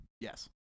Yes